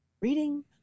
Reading